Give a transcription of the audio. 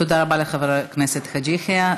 תודה רבה לחבר הכנסת חאג' יחיא.